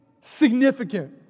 significant